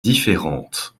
différentes